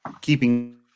keeping